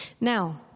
Now